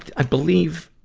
i believe,